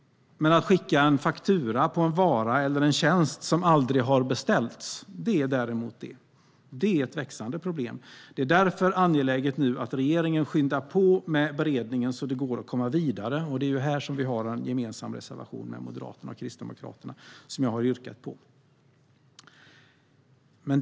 Men att skicka en faktura på en vara eller en tjänst som aldrig har beställts är däremot det. Det är ett växande problem. Det är därför angeläget att regeringen nu skyndar på med beredningen så att det går att komma vidare. Det är här som vi har en gemensam reservation med Moderaterna och Kristdemokraterna som jag har yrkat bifall till.